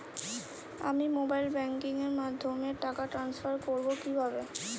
আমি mobile banking এর মাধ্যমে টাকা টান্সফার করব কিভাবে?